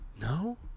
No